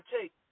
take